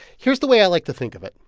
here's the way i like to think of it.